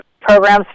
programs